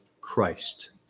Christ